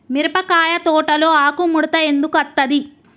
మిరపకాయ తోటలో ఆకు ముడత ఎందుకు అత్తది?